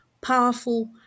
powerful